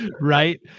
right